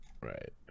Right